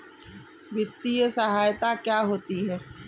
वित्तीय सहायता क्या होती है?